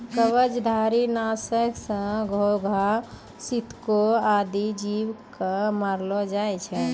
कवचधारी? नासक सँ घोघा, सितको आदि जीव क मारलो जाय छै